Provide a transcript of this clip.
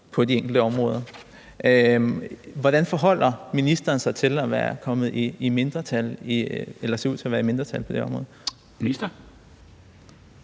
på de enkelte områder. Hvordan forholder ministeren sig til at være kommet i mindretal, eller